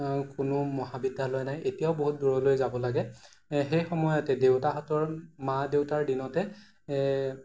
কোনো মহাবিদ্যালয় নাই এতিয়াও বহুত দূৰলৈ যাব লাগে সেই সময়তে দেউতাহঁতৰ মা দেউতাৰ দিনতে